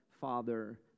father